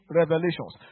revelations